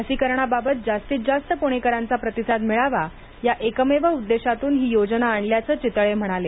लसीकरणाबाबत जास्तीत जास्त पुणेकरांचा प्रतिसाद मिळावा या एकमेव उद्देशातून ही योजना आणल्याचं चितळे म्हणाले